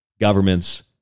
government's